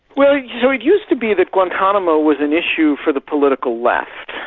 well yeah so it used to be that guantanamo was an issue for the political left.